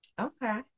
Okay